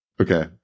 Okay